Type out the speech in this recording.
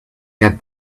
get